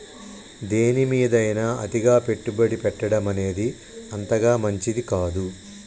దేనిమీదైనా అతిగా పెట్టుబడి పెట్టడమనేది అంతగా మంచిది కాదు